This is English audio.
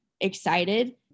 excited